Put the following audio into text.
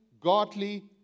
godly